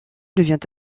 devient